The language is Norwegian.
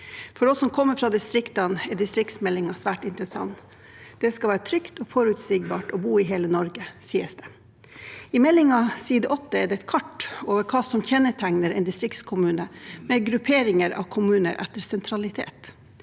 For oss som kommer fra distriktene, er distriktsmeldingen svært interessant. Det skal være trygt og forutsigbart å bo i hele Norge, sies det. På side 8 i meldingen er det et kart over hva som kjennetegner en distriktskommune, med gruppering av kommuner etter sentralitet.